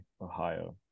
Ohio